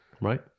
right